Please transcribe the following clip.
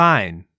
Fine